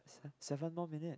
seven more minute